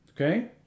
okay